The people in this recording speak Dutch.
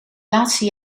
laatste